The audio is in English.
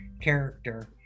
character